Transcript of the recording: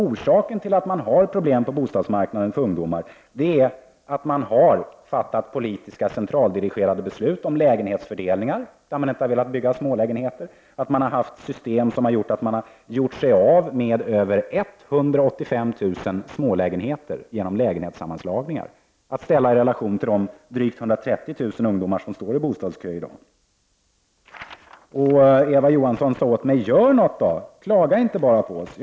Orsaken till att man har problem med ungdomar på bostadsmarknaden är att man har fattat politiska, centraldirigerade beslut om lägenhetsfördelning där man inte har velat bygga smålägenheter, att man har haft system som lett till att man genom lägenhetssammanslagningar har gjort sig av med över 185 000 smålägenheter — att ställas i relation till de drygt 130 000 ungdomar som står i bostadskön i dag. Eva Johansson sade till mig: Gör någonting, då! Klaga inte bara på oss!